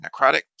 necrotic